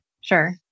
Sure